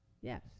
Yes